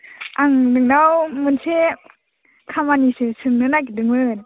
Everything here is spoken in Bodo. आं नोंनाव मोनसे खामानिसो सोंनो नागिरदोंमोन